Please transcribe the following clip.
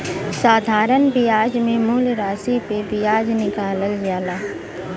साधारण बियाज मे मूल रासी पे बियाज निकालल जाला